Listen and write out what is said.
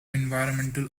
environmental